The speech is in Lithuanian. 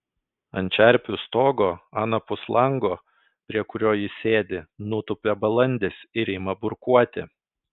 ant čerpių stogo anapus lango prie kurio ji sėdi nutūpia balandis ir ima burkuoti